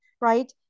right